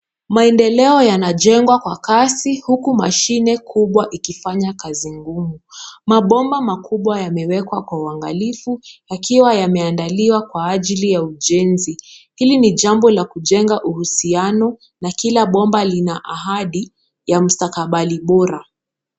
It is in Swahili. Maendeleo yanajengwa kwa kasi huku mashine kubwa ikifanya kazi ngumu. Mabomba makubwa yamewekwa kwa uangalifu, yakiwa yameandaliwa kwa ajili ya ujenzi. Hili ni jambo la kujenga uhusiano na kila bomba lina ahadi ya mstakabali bora.